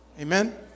amen